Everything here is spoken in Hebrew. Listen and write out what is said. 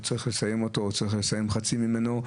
והוא צריך לסיים אותו או חצי ממנו.